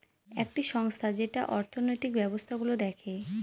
একটি সংস্থা যেটা অর্থনৈতিক ব্যবস্থা গুলো দেখে